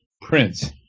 prince